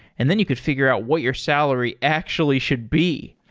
and then you could figure out what your salary actually should be.